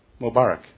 Mubarak